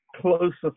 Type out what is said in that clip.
closer